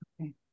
Okay